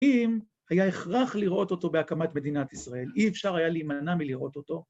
‫אם היה הכרח לראות אותו ‫בהקמת מדינת ישראל, ‫אי אפשר היה להימנע מלראות אותו.